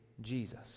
Jesus